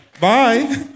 Bye